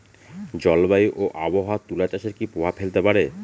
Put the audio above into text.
জলবায়ু ও আবহাওয়া তুলা চাষে কি প্রভাব ফেলতে পারে?